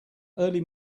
early